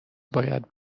باید